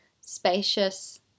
spacious